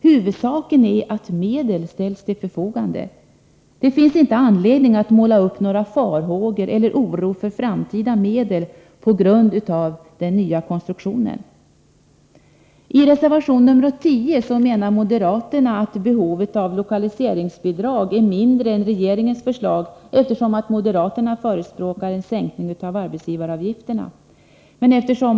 Huvudsaken är att medel ställs till förfogande. Det finns inga skäl att på grund av denna nya konstruktion väcka farhågor eller oro när det gäller framtida medel. I reservation nr 10 menar moderaterna att behovet av lokaliseringsbidrag är mindre än regeringens förslag, eftersom moderaterna förespråkar en sänkning av arbetsgivaravgifternaå.